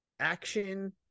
action